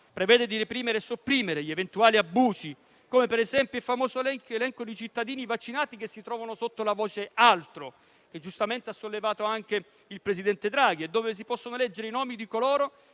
prevede di reprimere e sopprimere gli eventuali abusi, come per esempio il famoso elenco di cittadini vaccinati che si trovano sotto la voce "altro" - giustamente rilevato anche dal presidente Draghi - dove si possono leggere i nomi di coloro